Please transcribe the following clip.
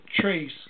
trace